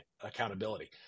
accountability